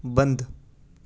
بند